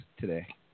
today